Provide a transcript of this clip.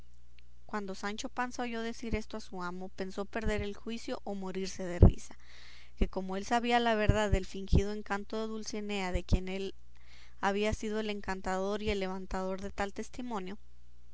cuando sancho panza oyó decir esto a su amo pensó perder el juicio o morirse de risa que como él sabía la verdad del fingido encanto de dulcinea de quien él había sido el encantador y el levantador de tal testimonio